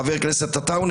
חבר הכנסת עטאונה,